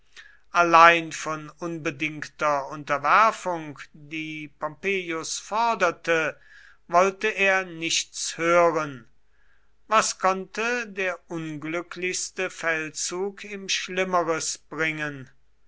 allein von unbedingter unterwerfung die pompeius forderte wollte er nichts hören was konnte der unglücklichste feldzug ihm schlimmeres bringen